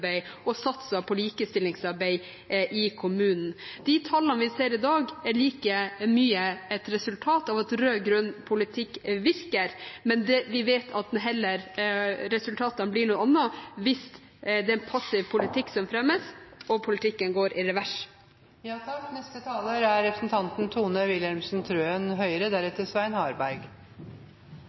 og satset på likestillingsarbeid i kommunene. De tallene vi ser i dag, er like mye et resultat av at rød-grønn politikk virker, men vi vet at resultatene blir noe annet hvis det er en passiv politikk som fremmes, og politikken går i revers. Høyres viktigste helsepolitiske mål er